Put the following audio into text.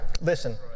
Listen